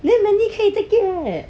then mandy 可以 take it leh